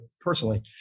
personally